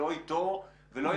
לא איתו ולא עם אף אחד.